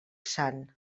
sant